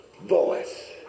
voice